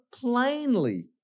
plainly